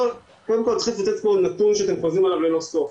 קודם כל צריך להתייחס לנתון שאתם חוזרים עליו ללא סוף.